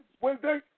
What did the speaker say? Wednesday